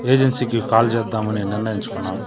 ఏజెన్సీకి కాల్ చేద్దామని నిర్ణయించుకున్నాను